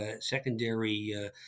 secondary